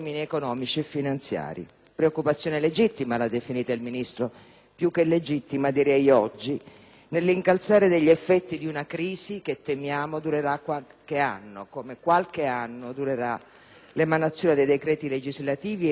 più che legittima - direi io oggi - nell'incalzare degli effetti di una crisi che - temiamo - durerà qualche anno, come qualche anno durerà l'emanazione dei decreti legislativi e, quindi, il compiuto inveramento di queste riforme.